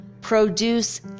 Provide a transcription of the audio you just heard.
produce